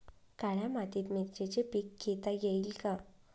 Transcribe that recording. काळ्या मातीत मिरचीचे पीक घेता येईल का?